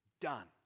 done